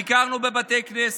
ביקרנו בבתי כנסת,